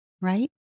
right